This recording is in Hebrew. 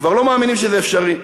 כבר לא מאמינים שזה אפשרי.